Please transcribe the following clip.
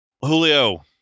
Julio